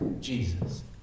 Jesus